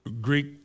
Greek